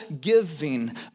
giving